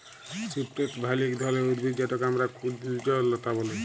cypress vine ইক ধরলের উদ্ভিদ যেটকে আমরা কুল্জলতা ব্যলে